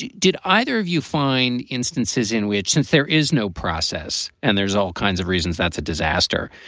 did either of you find instances in which since there is no process and there's all kinds of reasons that's a disaster,